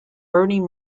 bernie